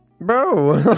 Bro